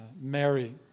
Mary